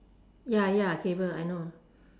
ya ya cable I know